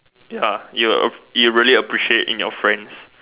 ya you you really appreciate in your friends